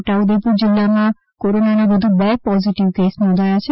છોટાઉદેપુર જિલ્લામાં કોરોનાના વધુ બે પોઝીટીવ કેસ નોંધાયા છે